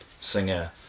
singer